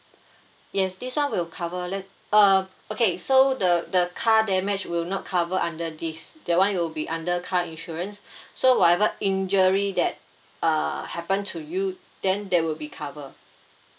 yes this [one] will cover le~ uh okay so the the car damage will not cover under this that [one] will be under car insurance so whatever injury that uh happen to you then there will be cover